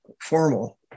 formal